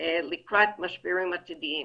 לקראת משברים עתידיים.